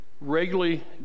regularly